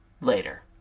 later